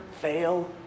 fail